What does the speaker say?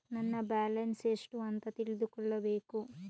ನನ್ನ ಬ್ಯಾಲೆನ್ಸ್ ಎಷ್ಟು ಅಂತ ತಿಳಿದುಕೊಳ್ಳಬೇಕು?